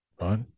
Right